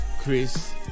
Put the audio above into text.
Chris